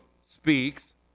speaks